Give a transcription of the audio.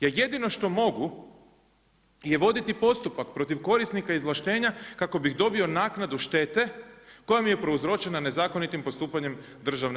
Ja jedino što mogu je voditi postupak protiv korisnika izvlaštenja kako bih dobio naknadu štete koja mi je prouzročena nezakonitim postupanjem državne